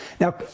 Now